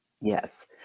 Yes